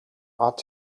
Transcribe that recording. ought